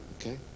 okay